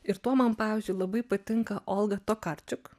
ir tuo man pavyzdžiui labai patinka olga tokarčuk